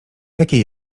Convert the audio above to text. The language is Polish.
jakie